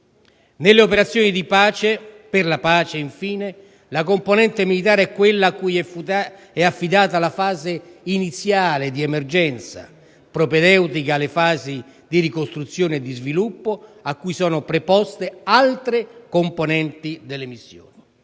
Nelle operazioni per la pace, infine, la componente militare è quella a cui è affidata la fase iniziale di emergenza, propedeutica alle fasi di ricostruzione e di sviluppo a cui sono preposte altre componenti delle missioni.